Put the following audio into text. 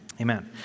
Amen